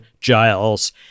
Giles